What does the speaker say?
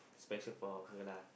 special for her lah